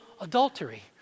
adultery